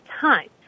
time